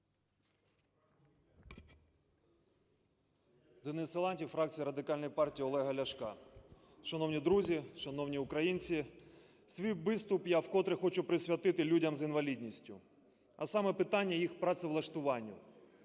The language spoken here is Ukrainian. Денис Силантьєв, фракція Радикальної партії Олега Ляшка. Шановні друзі, шановні українці, свій виступ я вкотре хочу присвятити людям з інвалідністю, а саме питанню їх працевлаштування.